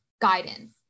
guidance